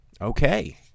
okay